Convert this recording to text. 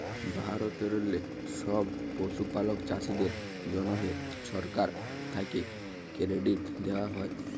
ভারতেললে ছব পশুপালক চাষীদের জ্যনহে সরকার থ্যাকে কেরডিট দেওয়া হ্যয়